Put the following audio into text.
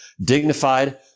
dignified